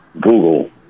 Google